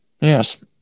Yes